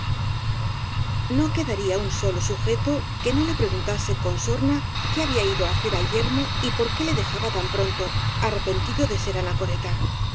no quedaría un solo sujeto que no le pregunta se con sorna qué había ido á hacer al yermo y por qué le dejaba tan pronto arrepentido de ser ana coreta